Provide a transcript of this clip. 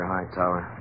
Hightower